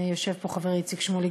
יושב פה חברי איציק שמולי,